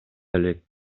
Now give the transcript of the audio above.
элек